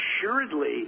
assuredly